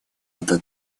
это